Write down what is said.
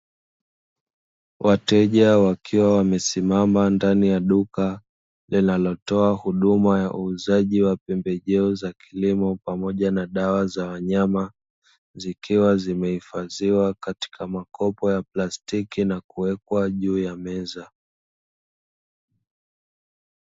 Wateja wakiwa wamesimama ndani ya duka linalotoa huduma ya uuzaji wa pembejeo za kilimo pamoja na dawa za wanyama, zikiwa zimehifadhiwa katika makopo ya plastiki na kuwekwa juu ya meza.